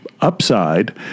upside